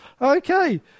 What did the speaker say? Okay